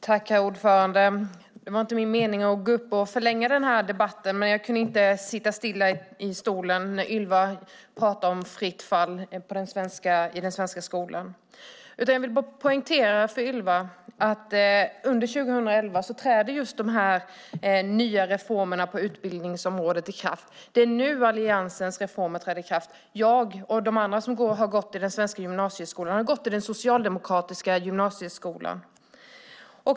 Herr talman! Det var inte min mening att gå upp och förlänga denna debatt, men jag kunde inte sitta still i stolen när Ylva pratade om fritt fall i den svenska skolan. Jag vill bara poängtera för Ylva att just de nya reformerna på utbildningsområdet träder i kraft under 2011. Det är nu Alliansens reformer träder i kraft. Jag och de andra som går eller har gått i den svenska gymnasieskolan går eller har gått i den socialdemokratiska gymnasieskolan.